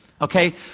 Okay